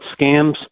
scams